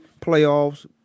playoffs